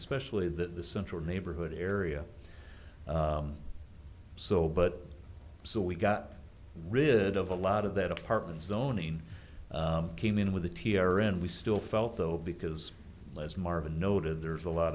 especially that the central neighborhood area so but so we got rid of a lot of that apartment zoning came in with the t r and we still felt though because as marvin noted there's a lot